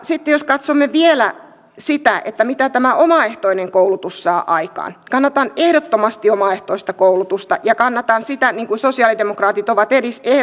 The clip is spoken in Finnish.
sitten jos katsomme vielä sitä mitä tämä omaehtoinen koulutus saa aikaan kannatan ehdottomasti omaehtoista koulutusta ja kannatan sitä niin kuin sosialidemokraatit ovat